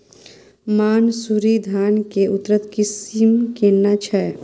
मानसुरी धान के उन्नत किस्म केना छै?